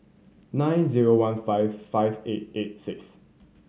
nine zero one five five eight eight six